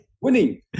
winning